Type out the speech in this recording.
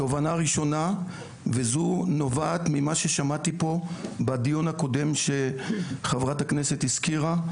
תובנה ראשונה וזו נובעת ממה ששמעתי פה בדיון הקודם שחברת הכנסת הזכירה,